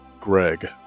Greg